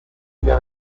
día